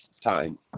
time